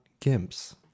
gimps